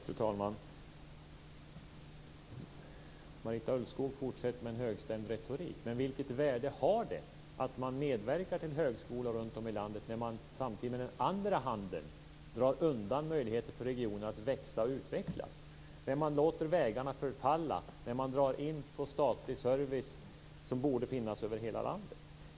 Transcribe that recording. Fru talman! Marita Ulvskog fortsätter med en högstämd retorik. Men vilket värde har det att man medverkar till högskolor runtom i landet när man samtidigt med den andra handen drar undan möjligheten för regioner att växa och utvecklas, när man låter vägarna förfalla, när man drar in på statlig service som borde finnas över hela landet?